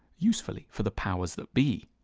usefully for the powers that be.